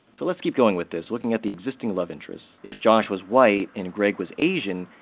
so let's keep going with this, looking at the existing love interests. if josh was white and greg was asian,